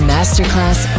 Masterclass